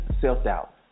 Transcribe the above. self-doubt